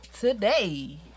today